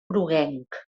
groguenc